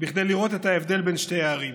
כדי לראות את ההבדל בין שתי הערים.